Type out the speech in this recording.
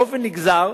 באופן נגזר,